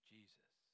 Jesus